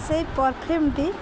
ସେଇ ପରଫ୍ୟୁମ୍ଟି